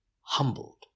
humbled